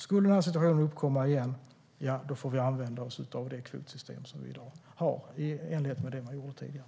Skulle den här situationen uppkomma igen, ja, då får vi använda oss av det kvotsystem som vi har i dag, i enlighet med vad man gjorde tidigare.